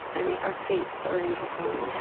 i mean, our fates are intertwined yeah